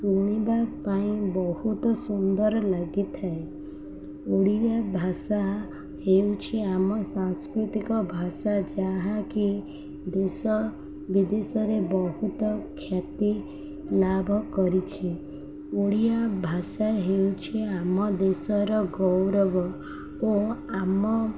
ଶୁଣିବା ପାଇଁ ବହୁତ ସୁନ୍ଦର ଲାଗିଥାଏ ଓଡ଼ିଆ ଭାଷା ହେଉଛି ଆମ ସାଂସ୍କୃତିକ ଭାଷା ଯାହାକି ଦେଶ ବିଦେଶରେ ବହୁତ ଖ୍ୟାତି ଲାଭ କରିଛି ଓଡ଼ିଆ ଭାଷା ହେଉଛି ଆମ ଦେଶର ଗୌରବ ଓ ଆମ